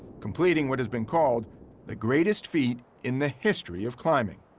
completing what has been called the greatest feat in the history of climbing.